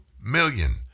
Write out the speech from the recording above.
million